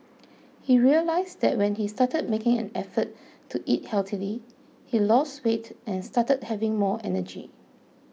he realised that when he started making an effort to eat healthily he lost weight and started having more energy